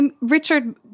Richard